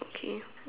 okay